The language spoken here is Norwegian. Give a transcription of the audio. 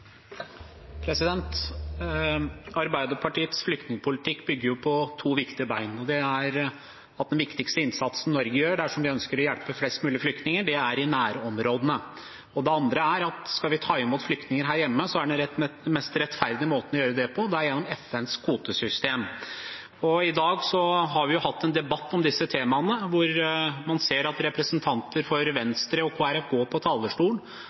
at den viktigste innsatsen Norge gjør dersom vi ønsker å hjelpe flest mulig flyktninger, gjør vi i nærområdene. Det andre er at dersom vi skal ta imot flyktninger her hjemme, er den mest rettferdige måten å gjøre det på gjennom FNs kvotesystem. I dag har vi hatt en debatt om disse temaene, hvor man ser at representanter fra Venstre og Kristelig Folkeparti går på talerstolen